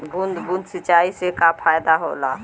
बूंद बूंद सिंचाई से का फायदा होला?